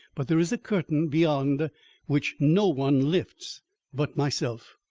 but there is a curtain beyond, which no one lifts but myself.